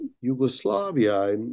Yugoslavia